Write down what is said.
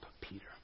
peter